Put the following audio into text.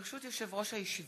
ברשות יושב-ראש הישיבה,